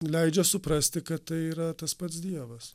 leidžia suprasti kad tai yra tas pats dievas